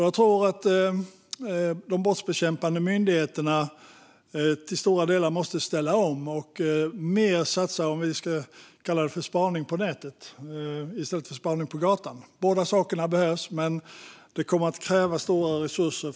Jag tror att de brottsbekämpande myndigheterna till stora delar måste ställa om och satsa mer på spaning på nätet - om vi ska kalla det så - i stället för spaning på gatan. Båda sakerna behövs, men det kommer att krävas stora resurser.